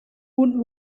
would